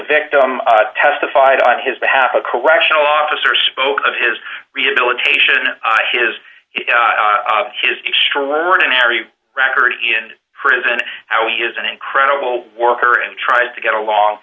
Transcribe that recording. victim testified on his behalf a correctional officer spoke of his rehabilitation and his extraordinary record in prison how he is an incredible worker and tries to get along